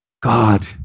God